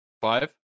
Five